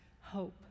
hope